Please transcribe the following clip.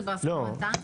זה בהסכמתם?